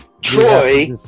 Troy